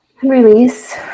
Release